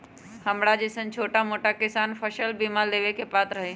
हमरा जैईसन छोटा मोटा किसान फसल बीमा लेबे के पात्र हई?